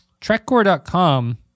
TrekCore.com